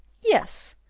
yes,